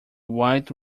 white